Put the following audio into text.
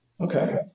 okay